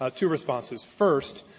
ah two responses. first,